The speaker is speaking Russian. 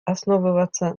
основываться